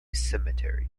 cemetery